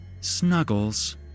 Snuggles